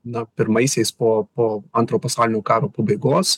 na pirmaisiais po po antro pasaulinio karo pabaigos